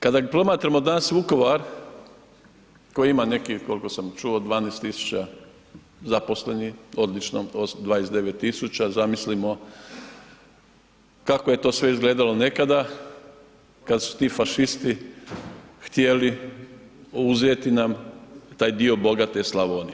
Kada promatramo danas Vukovar koji ima nekih, koliko sam čuo 12000 zaposlenih, odlično, od 29000, zamislimo kako je to sve izgledalo nekada kad su ti fašisti htjeli uzeti nam taj dio bogate Slavonije.